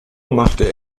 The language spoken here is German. machte